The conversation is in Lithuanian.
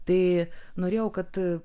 tai norėjau kad